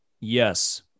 Yes